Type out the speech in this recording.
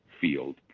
field